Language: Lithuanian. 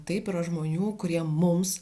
taip yra žmonių kurie mums